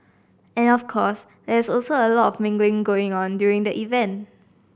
and of course there is also a lot of mingling going on during the event